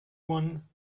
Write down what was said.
one